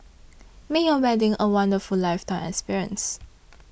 make your wedding a wonderful lifetime experience